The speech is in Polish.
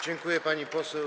Dziękuję, pani poseł.